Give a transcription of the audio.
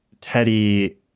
Teddy